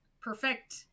perfect